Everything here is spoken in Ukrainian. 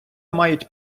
мають